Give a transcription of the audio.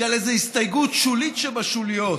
של הסתייגות שולית שבשוליות,